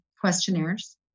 questionnaires